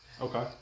Okay